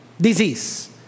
disease